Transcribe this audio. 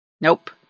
nope